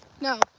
No